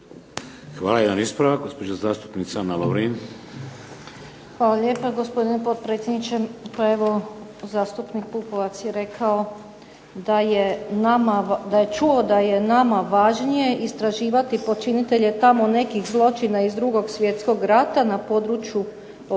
Hvala. Jedan ispravak. Gospođa zastupnica Ana Lovrin. **Lovrin, Ana (HDZ)** Hvala lijepa gospodine potpredsjedniče. Pa evo zastupnik Pupovac je rekao da je čuo da je nama važnije istraživati počinitelje tamo nekih zločina iz 2. svjetskog rata na području Lapca